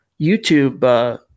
YouTube